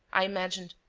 i imagined.